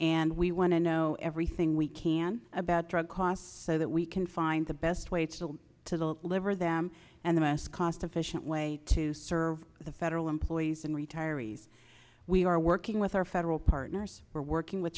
and we want to know everything we can about drug costs so that we can find the best way to to the liver them and the most cost efficient way to serve the federal employees and retirees we are working with our federal partners we're working with